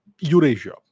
Eurasia